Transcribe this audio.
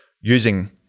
using